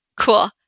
Cool